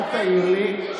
אל תעיר לי,